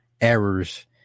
errors